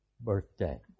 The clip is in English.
birthday